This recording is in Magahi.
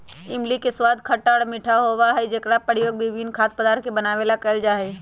इमली के स्वाद खट्टा और मीठा होबा हई जेकरा प्रयोग विभिन्न खाद्य पदार्थ के बनावे ला कइल जाहई